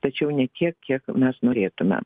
tačiau ne tiek kiek mes norėtume